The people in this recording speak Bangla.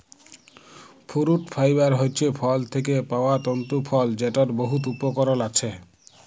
ফুরুট ফাইবার হছে ফল থ্যাকে পাউয়া তল্তু ফল যেটর বহুত উপকরল আছে